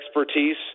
expertise